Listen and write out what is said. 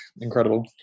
incredible